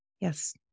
Yes